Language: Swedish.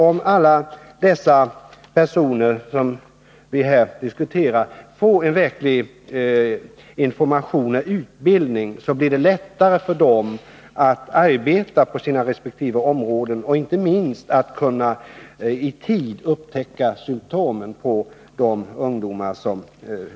Om alla dessa personer som vi här talar om får verklig information och utbildning, blir det lättare för dem att arbeta på sina resp. områden och inte minst kunna i tid upptäcka symtom hos de ungdomar som drabbas.